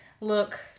Look